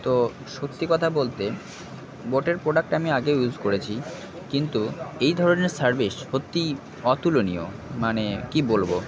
তো সত্যি কথা বলতে বোটের প্রোডাক্ট আমি আগেও ইউস করেছি কিন্তু এই ধরনের সার্ভিস সত্যিই অতুলনীয় মানে কি বলবো